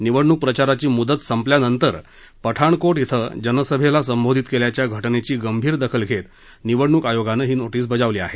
निवडणूक प्रचाराची मुद्दत संपल्यानंतर पठाणकोट इथं जनसभेला संबोधित केल्याच्या घटनेची गंभीर दखल घेत निवडणूक आयोगानं ही नोटीस बजावली आहे